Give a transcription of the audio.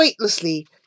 weightlessly